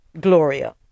Gloria